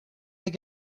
they